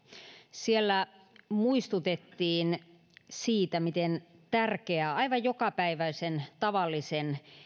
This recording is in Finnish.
siellä muistutettiin siitä miten tärkeää aivan jokapäiväisen tavallisen